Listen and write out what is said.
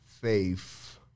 faith